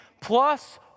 plus